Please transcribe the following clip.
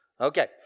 Okay